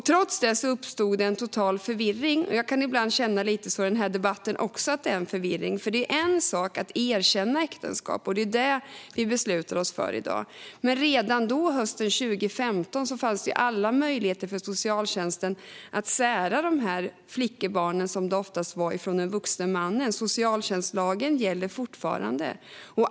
Trots det uppstod det en total förvirring. Jag kan ibland känna att det är en viss förvirring i den här debatten också. Det är en sak att erkänna äktenskap. Det är detta dagens beslut gäller. Men redan då, hösten 2015, fanns ju alla möjligheter för socialtjänsten att sära de här flickebarnen, som det oftast var, från de vuxna männen. Socialtjänstlagen gäller fortfarande.